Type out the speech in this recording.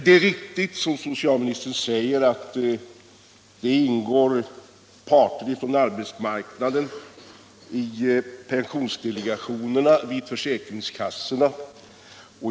Det är riktigt som socialministern säger, att arbetsmarknadens parter ingår i pensionsdelegationerna vid försäkringskassorna.